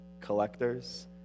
collectors